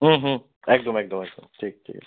হুম হুম একদম একদম একদম ঠিক ঠিক আছে